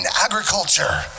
agriculture